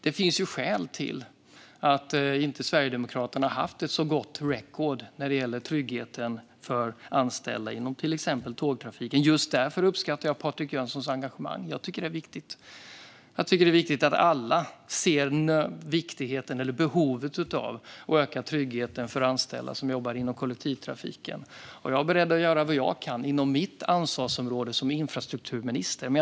Det finns alltså skäl till att Sverigedemokraterna inte har haft ett så gott record när det gäller tryggheten för anställda inom till exempel tågtrafiken. Just därför uppskattar jag Patrik Jönssons engagemang. Jag tycker att det är viktigt. Jag tycker att det är viktigt att alla ser behovet av att öka tryggheten för anställda som jobbar inom kollektivtrafiken. Jag är beredd att som infrastrukturminister göra vad jag kan inom mitt ansvarsområde.